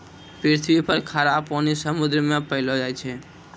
पृथ्वी पर खारा पानी समुन्द्र मे पैलो जाय छै